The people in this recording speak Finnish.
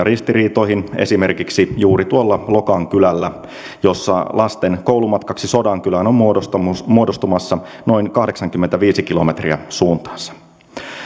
ristiriitoihin esimerkiksi juuri tuolla lokan kylällä jossa lasten koulumatkaksi sodankylään on muodostumassa noin kahdeksankymmentäviisi kilometriä suuntaansa